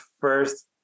first